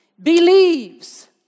Believes